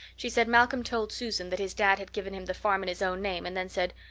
she said malcolm told susan that his dad had given him the farm in his own name and then said,